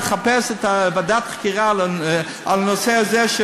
לחפש ועדת חקירה על הנושא הזה,